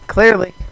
Clearly